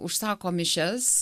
užsako mišias